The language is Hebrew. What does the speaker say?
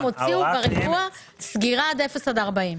הם הוציאו הוראה על סגירה בין 0 ל-40 קילומטר.